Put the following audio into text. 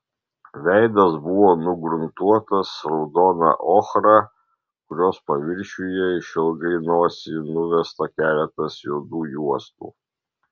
veidas buvo nugruntuotas raudona ochra kurios paviršiuje išilgai nosį nuvesta keletas juodų juostų